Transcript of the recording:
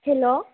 hello